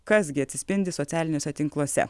kas gi atsispindi socialiniuose tinkluose